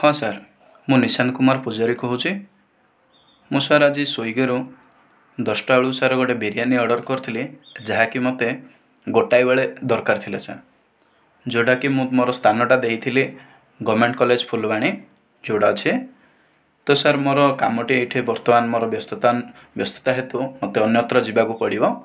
ହଁ ସାର୍ ମୁଁ ନିଶାନ୍ତ କୁମାର ପୂଜାରୀ କହୁଛି ମୁଁ ସାର୍ ଆଜି ସ୍ଵିଗିରୁ ଦଶଟା ବେଳକୁ ସାର୍ ଗୋଟିଏ ବିରିୟାନୀ ଅର୍ଡ଼ର କରିଥିଲି ଯାହାକି ମୋତେ ଗୋଟାଏ ବେଳେ ଦରକାର ଥିଲା ସାର୍ ଯେଉଁଟାକି ମୋର ସ୍ଥାନ ଦେଇଥିଲି ଗଭର୍ନମେଣ୍ଟ କଲେଜ ଫୁଲବାଣୀ ଯେଉଁଟା ଅଛି ତ ସାର୍ ମୋର କାମଟି ଏଠି ବର୍ତ୍ତମାନ ମୋର ବ୍ୟସ୍ତତା ବ୍ୟସ୍ତତା ହେତୁ ମୋତେ ଅନ୍ୟତ୍ର ଯିବାକୁ ପଡ଼ିବ